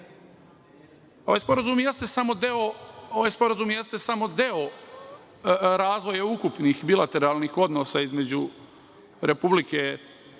sporazum jeste samo deo razvoja ukupnih bilateralnih odnosa između Republike